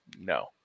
No